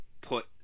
put